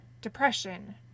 depression